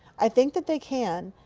i think that they can,